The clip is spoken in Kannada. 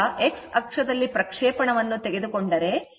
ಈಗ x ಅಕ್ಷದಲ್ಲಿ ಪ್ರಕ್ಷೇಪಣವನ್ನು ತೆಗೆದುಕೊಂಡರೆ